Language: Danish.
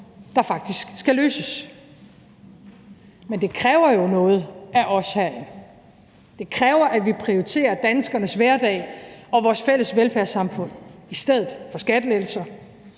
der faktisk skal løses. Men det kræver jo noget af os herinde. Det kræver, at vi prioriterer danskernes hverdag og vores fælles velfærdssamfund i stedet for skattelettelser.